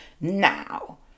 now